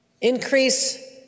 increase